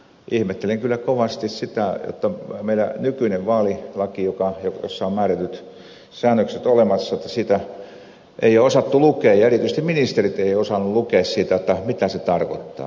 ihmettelen kyllä kovasti sitä jotta meidän nykyistä vaalilakiamme jossa on määrätyt säännökset olemassa ei ole osattu lukea ja erityisesti ministerit eivät ole osanneet lukea siitä mitä se tarkoittaa